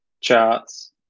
charts